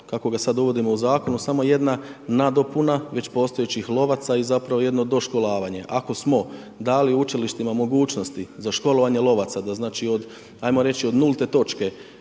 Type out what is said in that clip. kako ga sada uvodimo u zakonu, samo jedna nadopuna već postojećih lovaca i zapravo jedno doškolovanje. Ako smo dali učilištima mogućnosti za školovanje lovaca, da ajmo reći od nulte točke